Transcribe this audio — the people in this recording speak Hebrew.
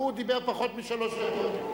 הוא דיבר פחות משלוש דקות.